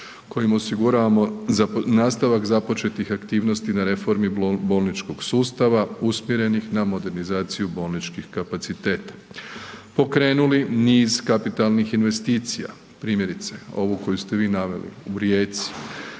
kojim osiguravamo nastavak započetih aktivnosti na reformi bolničkog sustava usmjerenih na modernizaciju bolničkih kapaciteta. Pokrenuli niz kapitalnih investicija, primjerice ovu koju ste vi naveli u Rijeci,